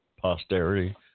posterity